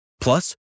Plus